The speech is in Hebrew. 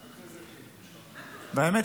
האמת,